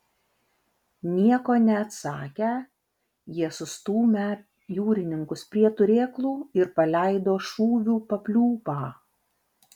nieko neatsakę jie sustūmę jūrininkus prie turėklų ir paleido šūvių papliūpą